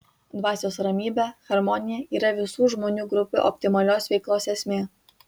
dvasios ramybė harmonija yra visų žmonių grupių optimalios veiklos esmė